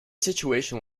situation